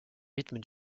rythme